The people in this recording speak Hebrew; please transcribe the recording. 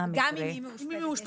גם אם היא מאושפזת.